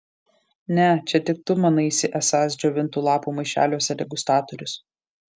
ne čia tik tu manaisi esąs džiovintų lapų maišeliuose degustatorius